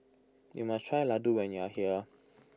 you must try Ladoo when you are here